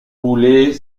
boulet